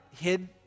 hid